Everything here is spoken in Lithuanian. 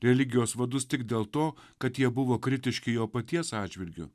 religijos vadus tik dėl to kad jie buvo kritiški jo paties atžvilgiu